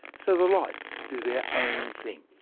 so the lights do their own thing.